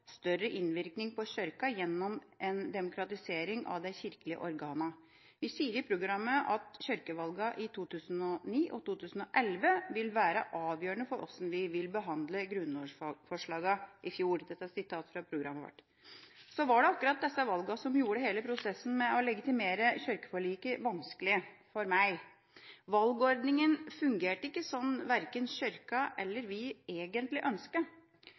større innvirkning på Kirken gjennom en demokratisering av de kirkelige organene. Vi sier i programmet at kirkevalgene i 2009 og 2011 vil være avgjørende for hvordan vi vil behandle grunnlovsforslagene i fjor. Dette er fra programmet vårt. Så var det akkurat disse valgene som gjorde hele prosessen med å legitimere kirkeforliket vanskelig for meg. Valgordningen fungerte ikke slik verken Kirken eller vi egentlig